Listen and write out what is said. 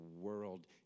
world